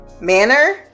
manner